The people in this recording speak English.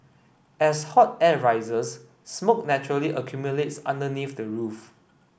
as hot air rises smoke naturally accumulates underneath the roof